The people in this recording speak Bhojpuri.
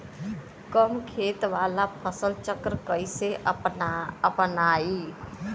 कम खेत वाला फसल चक्र कइसे अपनाइल?